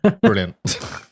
Brilliant